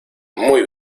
muy